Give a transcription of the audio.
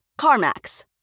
CarMax